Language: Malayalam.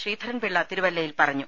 ശ്രീധ രൻപിള്ള തിരു വല്ലയിൽ പറഞ്ഞു